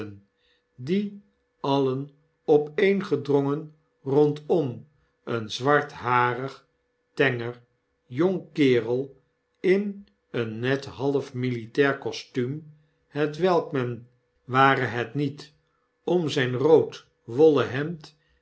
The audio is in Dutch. die alien opeengedrongen rondom een zwartharig tengerjongkerel in een net half-militair kostuum hetwelk men ware het niet om zyn rood wollen hemd